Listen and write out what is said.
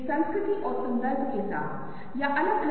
अब आप ही बताइए कि कितनी छतरियाँ थीं